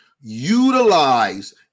utilize